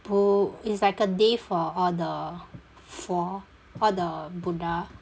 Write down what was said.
bu~ is like a day for all the 佛 all the buddha